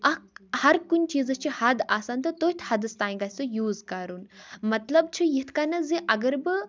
اَکھ ہر کُنہِ چیٖزَس چھِ حَد آسان تہٕ تٔتھۍ حَدَس تانۍ گَژھہِ سُہ یوٗز کَرُن مطلب چھُ یِتھ کٔنۍ زِ اگر بہٕ